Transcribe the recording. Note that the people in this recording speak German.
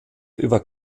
über